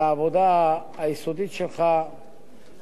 בדיווחים מכל הצדדים שהיו שותפים,